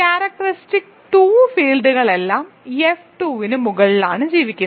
characteristic 2 ഫീൽഡുകൾ എല്ലാം F 2 ന് മുകളിലാണ് ജീവിക്കുന്നത്